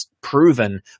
proven